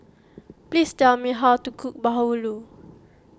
please tell me how to cook Bahulu